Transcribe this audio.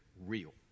real